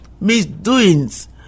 misdoings